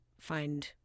find